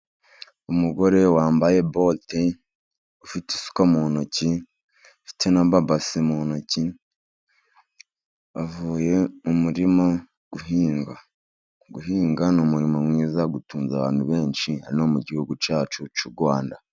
Umugore wambaye bote ufite isuka mu ntoki ufite n'amabase mu ntoki avuye mu murima guhinga, guhinga ni umurimo mwiza utunga abantu benshi hano mu gihugu cyacu cy'u Rwanda.